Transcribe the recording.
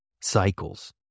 cycles